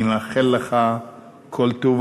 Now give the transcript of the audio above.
אני מאחל לך כל טוב,